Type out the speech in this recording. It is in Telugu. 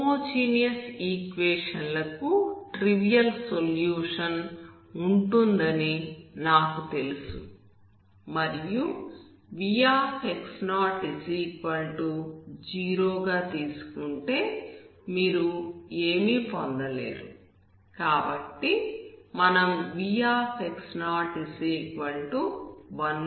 హోమోజీనియస్ ఈక్వేషన్ లకు ట్రివియల్ సొల్యూషన్ ఉంటుందని నాకు తెలుసు మరియు vx00 గా తీసుకుంటే మీరు ఏమి పొందలేరు కాబట్టి మనం vx01 గా అనుకోవచ్చు